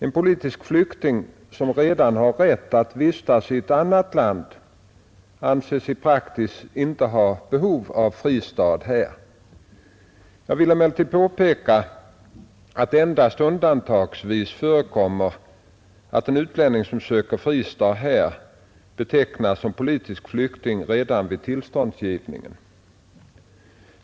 En politisk flykting som redan har rätt att vistas i annat land anses i praxis inte ha behov av fristad här. Jag vill emellertid påpeka att det endast undantagsvis förekommer att utlänning som söker fristad här betecknas som politisk flykting redan vid tillståndsgivningen.